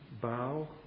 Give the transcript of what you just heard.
bow